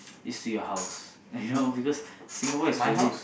is to your house you know because Singapore is really